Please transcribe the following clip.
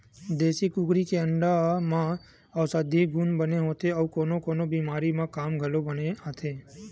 देसी कुकरी के अंडा म अउसधी गुन बने होथे अउ कोनो कोनो बेमारी म काम घलोक बने आथे